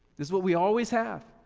this what we always have,